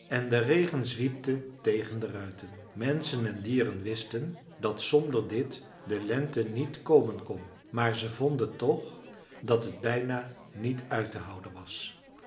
en de regen zwiepte tegen de ruiten menschen en dieren wisten dat zonder dit de lente niet komen kon maar ze vonden toch dat het bijna niet uit te houden was